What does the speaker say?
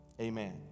amen